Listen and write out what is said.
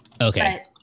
Okay